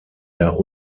der